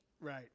Right